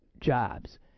jobs